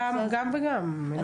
גם וגם.